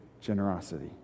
generosity